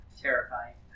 Terrifying